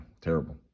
Terrible